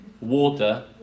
water